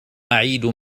عيد